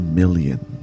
million